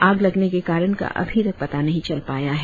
आग लगने के कारण का अभी तक पता नही चल पाया है